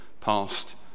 past